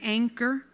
anchor